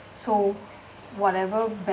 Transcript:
so whatever